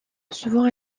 souvent